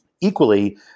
Equally